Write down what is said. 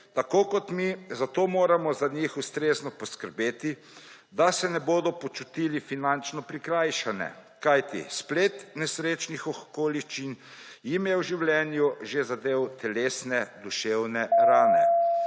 tako kot mi, zato moramo za njih ustrezno poskrbeti, da se ne bodo počutili finančno prikrajšane. Kajti splet nesrečnih okoliščin jim je v življenju že zadal telesne, duševne rane.